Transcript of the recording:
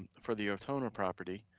for the ortona property,